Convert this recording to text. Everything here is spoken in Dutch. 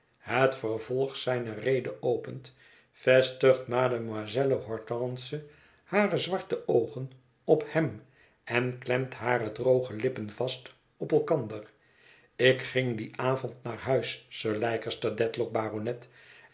het vervolg zijner rede opent vestigt mademoiselle hortense hare zwarte oogen op hem en klemt hare droge lippen vast op elkander ik ging dien avond naar huis sir leicester dedlock baronet